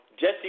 Jesse